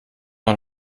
man